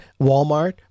Walmart